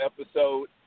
episode